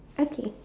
okay